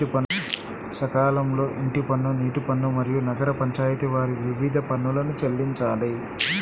సకాలంలో ఇంటి పన్ను, నీటి పన్ను, మరియు నగర పంచాయితి వారి వివిధ పన్నులను చెల్లించాలి